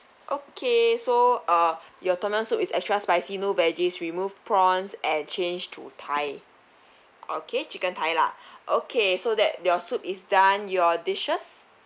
okay so uh your tom yum soup is extra spicy no veggies remove prawns and change to thigh okay chicken thigh lah okay so that your soup is done your dishes